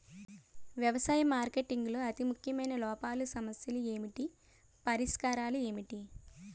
వ్యవసాయ మార్కెటింగ్ లో అతి ముఖ్యమైన లోపాలు సమస్యలు ఏమిటి పరిష్కారాలు ఏంటి?